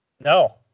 No